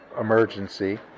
emergency